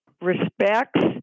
respects